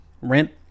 Rent